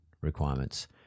requirements